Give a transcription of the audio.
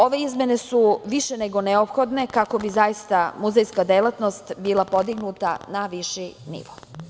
Ove izmene su više nego neophodne kako bi zaista muzejska delatnost bila podignuta na viši nivo.